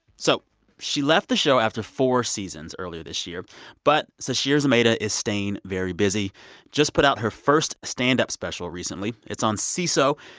so she left the show after four seasons earlier this year but sasheer zamata is staying very busy just put out her first stand-up special recently. it's on seeso,